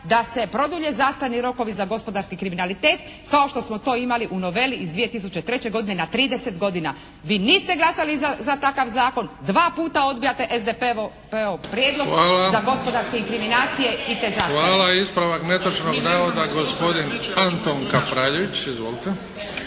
da se produlje zastarni rokovi za gospodarski kriminalitet kao što smo to imali u noveli iz 2003. godine na 30 godina. Vi niste glasali za takav zakon, dva puta odbijate SDP-ov prijedlog za gospodarske inkriminacije i te zastare. **Bebić, Luka (HDZ)** Hvala. Ispravak netočnog navoda, gospodin Antun Kapraljević. Izvolite.